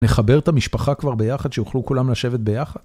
נחבר את המשפחה כבר ביחד, שיוכלו כולם לשבת ביחד?